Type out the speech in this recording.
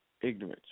Ignorance